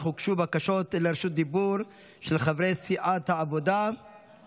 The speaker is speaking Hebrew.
אך הוגשו בקשות של חברי סיעת העבודה לרשות דיבור.